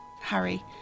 Harry